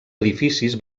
edificis